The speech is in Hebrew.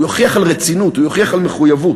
הוא יוכיח רצינות, הוא יוכיח מחויבות,